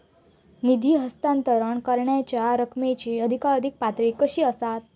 निधी हस्तांतरण करण्यांच्या रकमेची अधिकाधिक पातळी किती असात?